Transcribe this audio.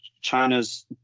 China's